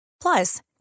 Plus